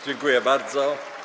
Dziękuję bardzo.